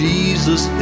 Jesus